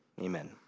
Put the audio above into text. amen